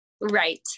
Right